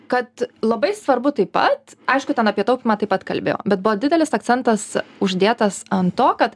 kad labai svarbu taip pat aišku ten apie taupymą taip pat kalbėjo bet buvo didelis akcentas uždėtas ant to kad